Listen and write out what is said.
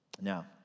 Now